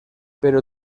pero